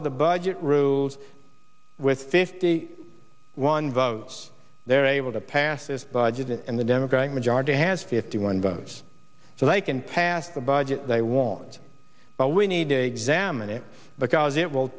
of the budget rules with fifty one votes they're able to pass this budget and the democratic majority has fifty one votes so they can pass the budget they want but we need a zen i'm in it because it will